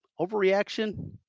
Overreaction